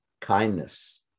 kindness